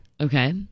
Okay